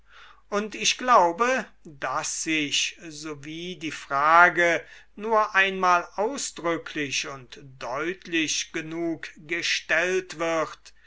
und ich glaube daß sich sowie die frage nur einmal ausdrücklich und deutlich genug gestellt wird